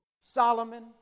Solomon